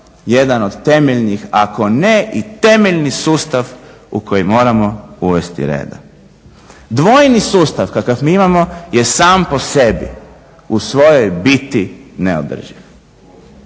jedna od temeljnih, ako ne i temeljni sustav u koji moramo uvesti reda. Dvojni sustav kakav mi imamo je sam po sebi u svojoj biti neodrživ,